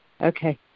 Okay